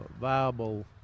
viable